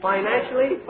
Financially